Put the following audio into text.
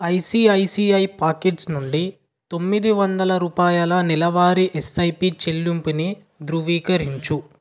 ICICI Pockets నుండి తొమ్మిది వందల రూపాయల నెలవారీ ఎస్ఐపి చెల్లింపుని ధృవీకరించు